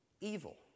evil